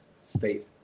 State